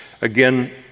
Again